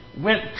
went